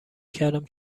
کردم